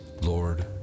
Lord